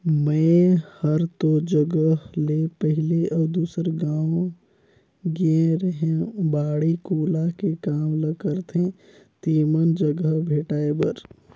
मेंए हर तोर जगह ले पहले अउ दूसर गाँव गेए रेहैं बाड़ी कोला के काम ल करथे तेमन जघा भेंटाय बर